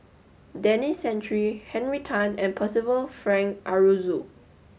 Denis Santry Henry Tan and Percival Frank Aroozoo